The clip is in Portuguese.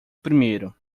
primeiro